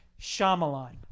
Shyamalan